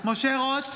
משה רוט,